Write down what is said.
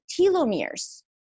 telomeres